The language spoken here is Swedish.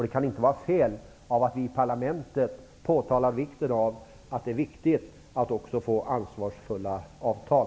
Det kan inte heller vara fel att vi i parlamentet påtalar vikten av ansvarsfulla avtal.